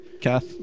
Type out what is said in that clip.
kath